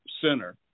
Center